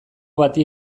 bati